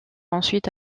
ensuite